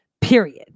Period